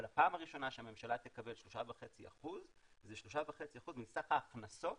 אבל הפעם הראשונה שהממשלה תקבל 3.5% זה 3.5% מסך ההכנסות